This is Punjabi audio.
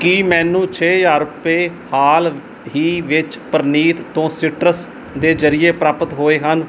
ਕੀ ਮੈਨੂੰ ਛੇ ਹਜ਼ਾਰ ਰੁਪਏ ਹਾਲ ਹੀ ਵਿੱਚ ਪਰਨੀਤ ਤੋਂ ਸਿਟਰਸ ਦੇ ਜਰੀਏ ਪ੍ਰਾਪਤ ਹੋਏ ਹਨ